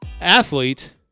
athlete